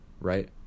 right